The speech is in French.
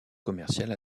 commercial